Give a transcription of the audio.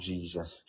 Jesus